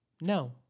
No